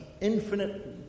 infinite